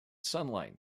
sunlight